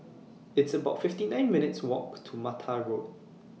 It's about fifty nine minutes' Walk to Mattar Road